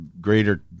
greater